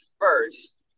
first